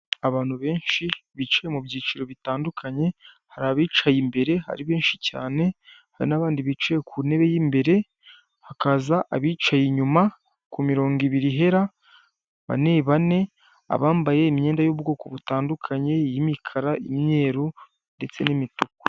Abantu benshi biciwe mu byiciro bitandukanye hari abicaye imbere ari benshi cyane, hari n'abandi bicaye ku ntebe y'imbere, hakaza abicaye inyuma ku mirongo ibiri ihera bane bane, abambaye imyenda y'ubwoko butandukanye y'imikara imyeru ndetse n'imituku.